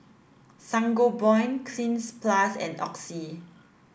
Sangobion Cleanz plus and Oxy